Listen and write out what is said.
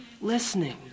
Listening